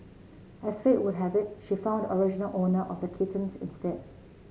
as fate would have it she found the original owner of the kittens instead